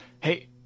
hey